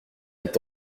est